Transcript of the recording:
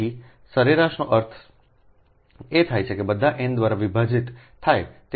તેથી સરેરાશ નો અર્થ એ થાય કે બધા n દ્વારા વિભાજિત થાય